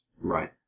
Right